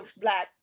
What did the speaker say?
black